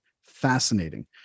fascinating